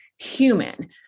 Human